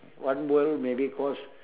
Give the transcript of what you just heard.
one bowl maybe cost